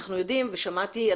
אנחנו יודעים ושמעתי,